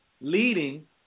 leading